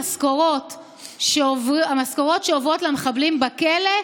המשכורות שעוברות למחבלים בכלא,